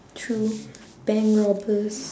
true bank robbers